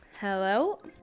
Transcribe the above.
Hello